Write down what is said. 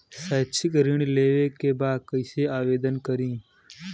शैक्षिक ऋण लेवे के बा कईसे आवेदन करी?